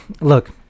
Look